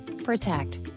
Protect